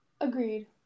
Agreed